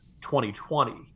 2020